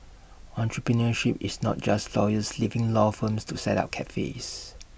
entrepreneurship is not just lawyers leaving law firms to set up cafes